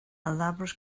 elaborate